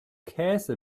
käse